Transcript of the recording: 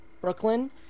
Brooklyn